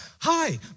Hi